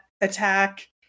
attack